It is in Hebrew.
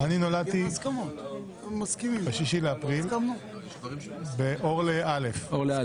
אני נולדתי ב-6 לאפריל אור ל-א'